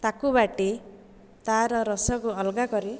ତାକୁ ବାଟି ତାର ରସକୁ ଅଲଗା କରି